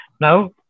Now